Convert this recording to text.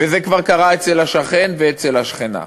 וזה כבר קרה אצל השכן ואצל השכנה.